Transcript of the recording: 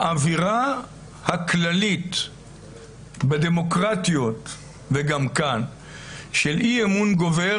באווירה הכללית בדמוקרטיות וגם כאן של אי-אמון גובר